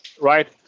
right